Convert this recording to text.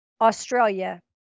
Australia